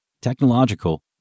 technological